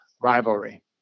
rivalry